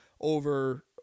over